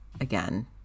again